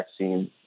vaccine